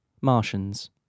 Martians